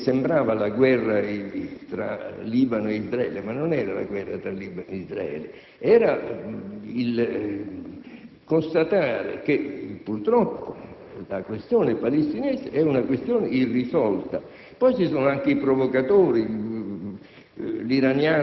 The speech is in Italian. quella che sembrava la guerra tra Libano e Israele, ma che non era la guerra tra Libano e Israele, bensì il constatare che, purtroppo, la questione palestinese è una questione irrisolta. Poi ci sono anche i provocatori: